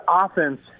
offense